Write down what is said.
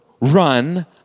run